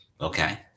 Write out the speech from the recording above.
Okay